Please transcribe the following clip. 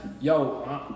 Yo